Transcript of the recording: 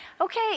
Okay